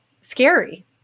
scary